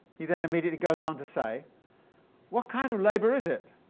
he then immediately goes on to say what kind of labour is it?